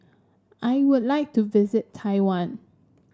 I would like to visit Taiwan